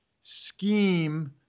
scheme